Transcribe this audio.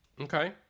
Okay